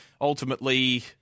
ultimately